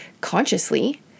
consciously